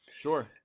Sure